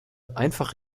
einfach